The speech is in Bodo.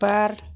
बार